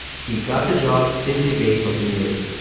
he got the job simply based on seniority.